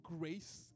grace